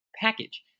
package